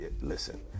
Listen